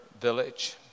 village